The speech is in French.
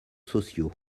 sociaux